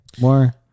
More